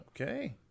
Okay